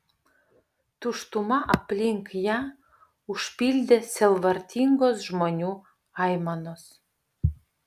tuštumą aplink ją užpildė sielvartingos žmonių aimanos